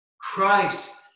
Christ